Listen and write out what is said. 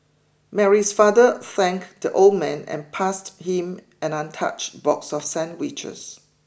Mary's father thanked the old man and passed him an untouched box of sandwiches